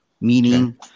Meaning